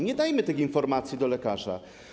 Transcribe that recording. Nie dajmy tych informacji do lekarza.